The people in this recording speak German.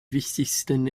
wichtigsten